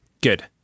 Good